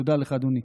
תודה לך, אדוני.